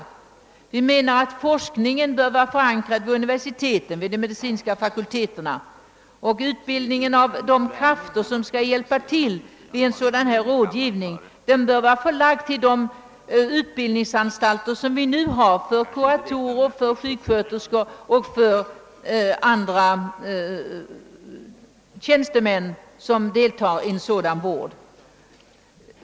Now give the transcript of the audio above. Reservanterna menar också att forskningen bör vara förankrad i de medicinska fakulteterna vid universiteten och att utbildningen av de människor, som skall hjälpa till med mentalhygienisk rådgivning, bör vara förlagd till de nuvarande utbildningsanstalterna för kuratorer, sjuksköterskor och övriga tjänstemän som deltar i sådan vård.